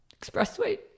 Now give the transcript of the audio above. expressway